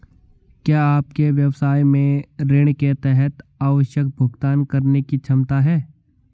क्या आपके व्यवसाय में ऋण के तहत आवश्यक भुगतान करने की क्षमता है?